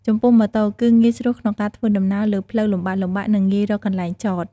ចំពោះម៉ូតូ គឺងាយស្រួលក្នុងការធ្វើដំណើរលើផ្លូវលំបាកៗ និងងាយរកកន្លែងចត។